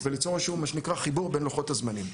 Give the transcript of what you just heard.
וליצור איזשהו חיבור בין לוחות הזמנים.